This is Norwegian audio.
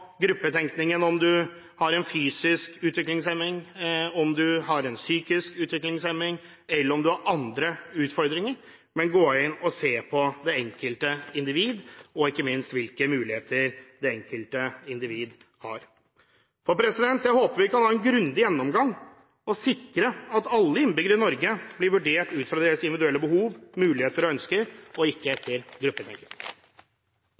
om noen har en fysisk utviklingshemning, om noen har en psykisk utviklingshemning eller om noen har andre utfordringer, men i stedet ser på det enkelte individ og ikke minst hvilke muligheter det enkelte individ har. Jeg håper vi kan ha en grundig gjennomgang og sikre at alle innbyggere i Norge blir vurdert ut fra sine individuelle behov, muligheter og ønsker og ikke